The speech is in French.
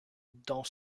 dont